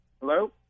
Hello